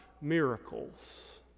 miracles